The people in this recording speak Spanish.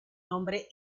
nombre